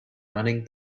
running